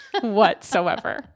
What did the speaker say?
whatsoever